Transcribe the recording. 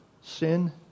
sin